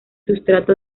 sustrato